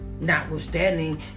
Notwithstanding